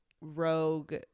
rogue